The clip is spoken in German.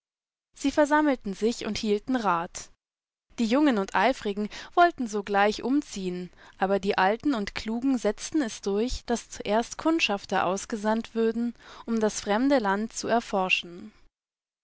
sie versammelten sich und hielten rat die jungen und eifrigen wollten sogleich umziehen aber die alten und klugen setzten es durch daß zuerst kundschafter ausgesandt würden um das fremde land zu erforschen